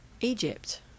Egypt